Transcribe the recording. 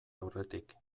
aurretik